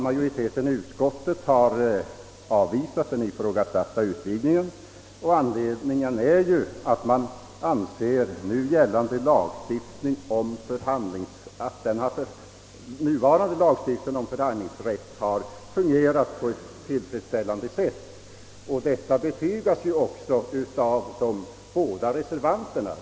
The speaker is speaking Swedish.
Majoriteten i utskottet har avvisat den ifrågasatta utredningen av den anledningen att man anser att den nuvarande lagstiftningen om förhandlingsrätt har fungerat tillfredsställande. Detta betygas också av de båda reservanterna.